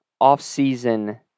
off-season